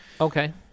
Okay